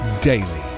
daily